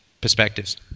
perspectives